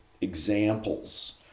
examples